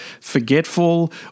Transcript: forgetful